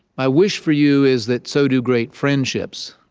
my wish for you is that so do great friendships.